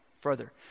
further